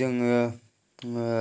जोङो ओ